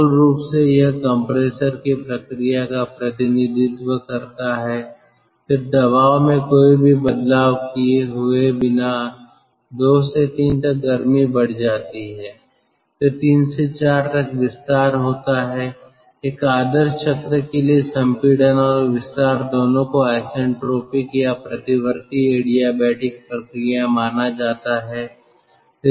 मूल रूप से यह कंप्रेसर की प्रक्रिया का प्रतिनिधित्व करता है फिर दबाव में कोई भी बदलाव हुए बिना 2 से 3 तक गर्मी बढ़ जाती है फिर 3 से 4 तक विस्तार होता है एक आदर्श चक्र के लिए संपीड़न और विस्तार दोनों को आइसेंट्रोपिक या प्रतिवर्ती एडियाबेटिक प्रक्रिया माना जाता है